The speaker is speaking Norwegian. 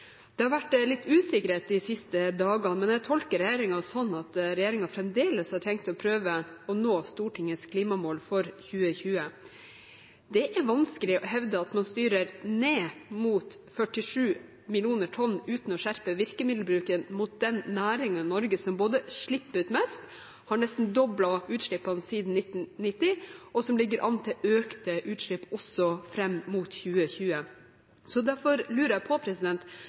Det har vært litt usikkerhet de siste dagene, men jeg tolker regjeringen sånn at den fremdeles har tenkt å prøve å nå Stortingets klimamål for 2020. Det er vanskelig å hevde at man styrer ned mot 47 millioner tonn uten å skjerpe virkemiddelbruken mot den næringen i Norge som både slipper ut mest, nesten har doblet utslippene siden 1990, og som ligger an til økte utslipp også fram mot 2020. Derfor lurer jeg på: